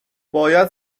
باید